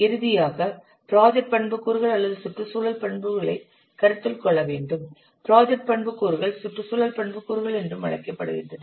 இறுதியாக ப்ராஜெக்ட் பண்புக்கூறுகள் அல்லது சுற்றுச்சூழல் பண்புகளை கருத்தில் கொள்ள வேண்டும் ப்ராஜெக்ட் பண்புக்கூறுகள் சுற்றுச்சூழல் பண்புக்கூறுகள் என்றும் அழைக்கப்படுகின்றன